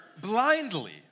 blindly